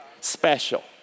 special